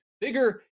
bigger